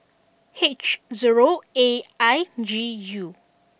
H zero A I G U